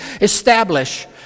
establish